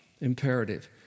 imperative